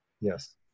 Yes